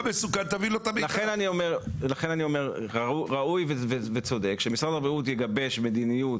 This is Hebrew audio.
לכן אני אומר שראוי וצודק שמשרד הבריאות יגבש מדיניות